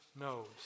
knows